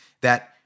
that-